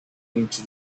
into